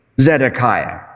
Zedekiah